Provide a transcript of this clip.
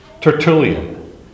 Tertullian